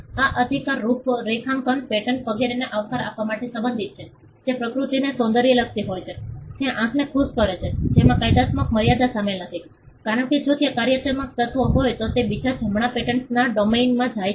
આ અધિકાર રૂપરેખાંકન પેટર્ન વગેરેને આકાર આપવા માટે સંબંધિત છે જે પ્રકૃતિને સૌંદર્યલક્ષી હોય છે જે આંખને ખુશ કરે છે જેમાં કાર્યાત્મક મર્યાદા શામેલ નથી કારણ કે જો ત્યાં કાર્યાત્મક તત્વ હોય તો તે બીજા જમણા પેટન્ટ્સના ડોમેઇનમાં જાય છે